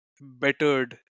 bettered